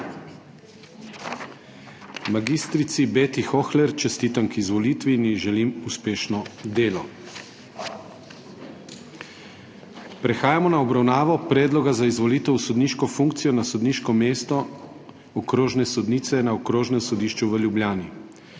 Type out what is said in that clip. Mag. Beti Hohler čestitam k izvolitvi in ji želim uspešno delo! Prehajamo na obravnavo Predloga za izvolitev v sodniško funkcijo na sodniško mesto okrožne sodnice na Okrožnem sodišču v Ljubljani.